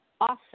awesome